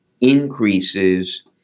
increases